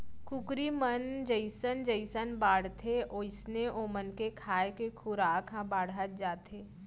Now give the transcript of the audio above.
कुकरी मन जइसन जइसन बाढ़थें वोइसने ओमन के खाए के खुराक ह बाढ़त जाथे